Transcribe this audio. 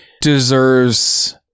deserves